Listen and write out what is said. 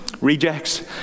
rejects